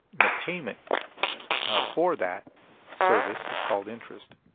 the payment for that service is called interest.